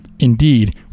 Indeed